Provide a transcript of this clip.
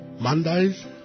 Mondays